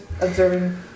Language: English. Observing